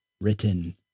written